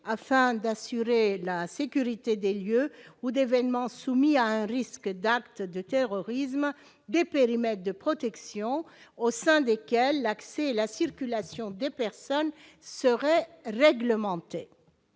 afin d'assurer la sécurité des lieux ou d'événements, soumis à un risque d'acte de terrorisme des périmètres de protection au sein desquelles l'accès et la circulation des personnes seraient réglementées,